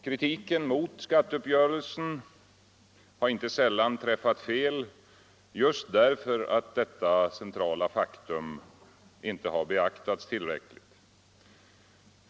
Kritiken mot skatteuppgörelsen har inte sällan träffat fel just därför att detta centrala faktum inte beaktats tillräckligt.